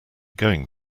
going